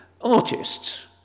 artists